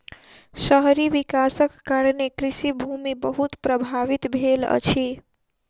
शहरी विकासक कारणें कृषि भूमि बहुत प्रभावित भेल अछि